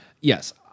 Yes